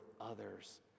others